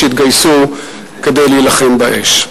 שהתגייסו כדי להילחם באש.